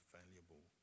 valuable